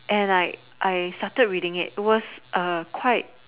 and I I started reading it was a quite